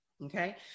Okay